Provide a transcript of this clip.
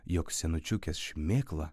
jog senučiukės šmėkla